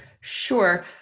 sure